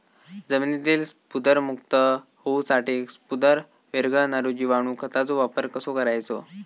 जमिनीतील स्फुदरमुक्त होऊसाठीक स्फुदर वीरघळनारो जिवाणू खताचो वापर कसो करायचो?